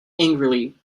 angrily